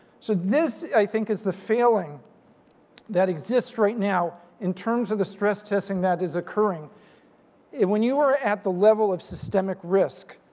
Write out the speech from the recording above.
so this i think is the failing that exists right now in terms of the stress testing that is occurring when you are at the level of systemic risk.